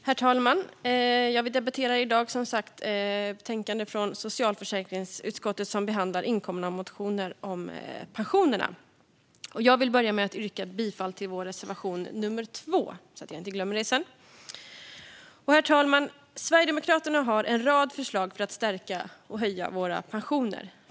Herr talman! Vi debatterar som sagt i dag det betänkande från socialförsäkringsutskottet som behandlar inkomna motioner om pensionerna. Jag vill börja med att yrka bifall till vår reservation nummer 2, så att jag inte glömmer det sedan. Herr talman! Sverigedemokraterna har en rad förslag för att stärka och höja våra pensioner.